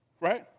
Right